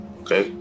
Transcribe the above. okay